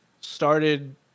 started